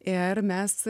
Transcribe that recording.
ir mes